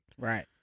Right